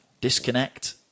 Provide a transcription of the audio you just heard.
Disconnect